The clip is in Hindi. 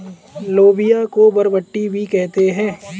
लोबिया को बरबट्टी भी कहते हैं